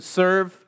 serve